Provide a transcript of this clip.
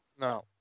No